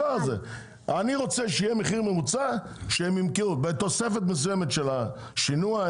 אני רוצה שיהיה מחיר ממוצע בתוספת מסוימת בגין שינוע,